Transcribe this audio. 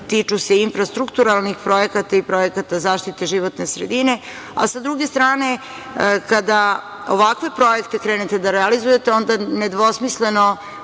tiču se infrastrukturalnih projekata i projekata zaštite životne sredine.S druge strane, kada ovakve projekte krenete da realizujete onda nedvosmisleno